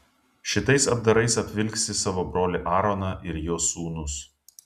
šitais apdarais apvilksi savo brolį aaroną ir jo sūnus